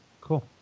Cool